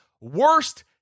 worst